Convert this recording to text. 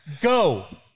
Go